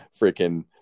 freaking